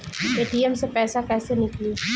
ATM से पैसा कैसे नीकली?